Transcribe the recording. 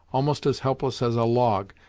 almost as helpless as a log,